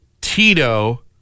Tito